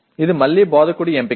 ఇది మళ్ళీ బోధకుడి ఎంపిక